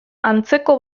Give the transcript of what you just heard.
antzeko